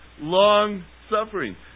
Long-suffering